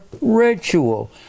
ritual